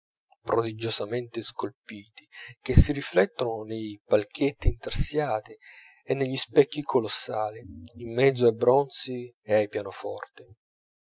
cori prodigiosamente scolpiti che si riflettono nei palchetti intarsiati e negli specchi colossali in mezzo ai bronzi e ai pianoforti